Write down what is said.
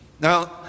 Now